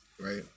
right